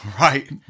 Right